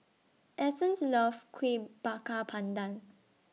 Essence loves Kuih Bakar Pandan